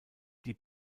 die